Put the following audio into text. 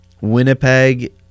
Winnipeg